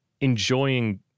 enjoying